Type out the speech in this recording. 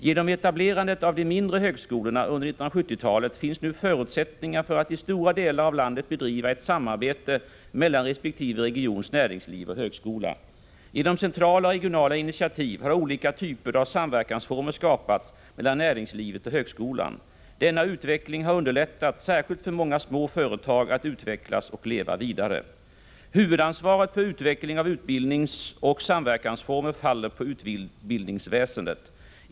Genom etablerandet av de mindre högskolorna under 1970-talet finns nu förutsättningar för att i stora delar av landet bedriva ett samarbete mellan resp. regions näringsliv och högskola. Genom centrala och regionala initiativ har olika typer av samverkansformer skapats mellan näringslivet och högskolan. Denna utveckling har underlättat särskilt för många små företag att utvecklas och leva vidare. Huvudansvaret för utveckling av utbildningsoch samverkansformer faller på utbildningsväsendet.